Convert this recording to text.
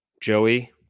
Joey